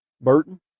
Burton